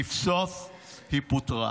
לבסוף, היא פוטרה.